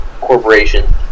corporation